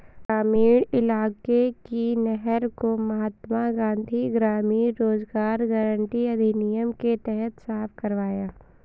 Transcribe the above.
ग्रामीण इलाके की नहर को महात्मा गांधी ग्रामीण रोजगार गारंटी अधिनियम के तहत साफ करवाया